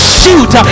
shoot